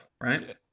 right